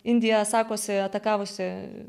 indija sakosi atakavusi